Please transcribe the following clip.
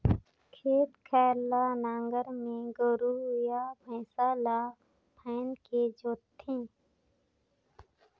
खेत खार ल नांगर में गोरू या भइसा ले फांदके जोत थे